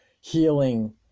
healing